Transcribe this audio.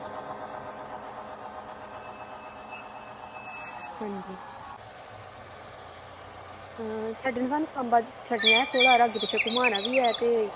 अंजी छड्डन सांबा जाना थोह्ड़ा जेहा अग्गें पिच्छें घुम्माना बी ऐ ते